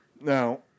now